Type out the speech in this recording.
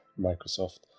Microsoft